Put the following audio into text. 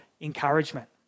encouragement